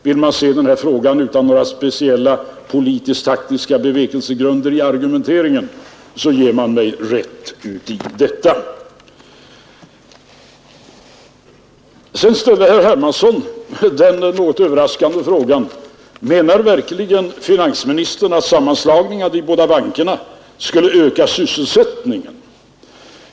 Vill man se denna fråga utan några speciella politiskt-taktiska bevekelsegrunder i argumenteringen, ger man mig rätt i detta. Herr Hermansson i Stockholm ställde den något överraskande frågan: Menar verkligen finansministern att sammanslagningen av de båda bankerna skulle öka sysselsättningen?